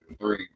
three